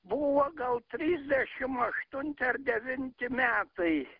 buvo gal trisdešim aštunti ar devinti metai